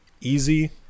easy